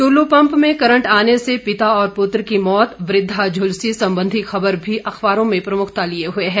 Tullu pump में current आने से पिता और पुत्र की मौत वृद्धा झुलसी संबंधी खबर भी अखबारों में प्रमुखता लिए हुए है